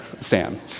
Sam